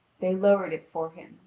they lowered it for him,